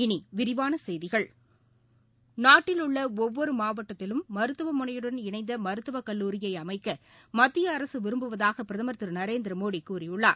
இனிவிரிவானசெய்திகள் உள்ளஒவ்வொருமாவட்டத்திலும் நாட்டில் மருத்துவமனையுடன் இணைந்தமருத்துவக் கல்லூரியை அமைக்கமத்திய அரசுவிரும்புவதாகபிரதமர் திருநரேந்திரமோடி கூறியுள்ளார்